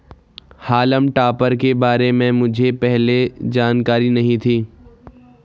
हॉल्म topper के बारे में मुझे पहले जानकारी नहीं थी